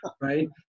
right